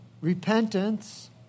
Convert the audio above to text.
Repentance